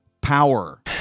power